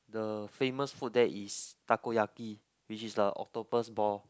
the famous food there is takoyaki which is the octopus ball